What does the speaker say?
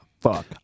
Fuck